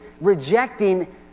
rejecting